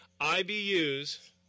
IBUs